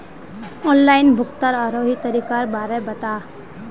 online भुग्तानेर आरोह तरीकार बारे बता